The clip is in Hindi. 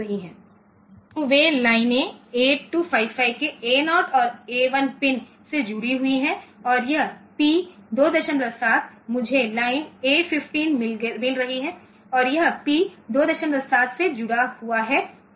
तो वे लाइनें 8255 के A0 A1 पिन से जुड़ी हुई हैं और यह P 27 मुझे लाइन A 15 मिल रही है और यह P 27 से जुड़ा हुआ है